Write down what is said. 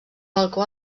balcó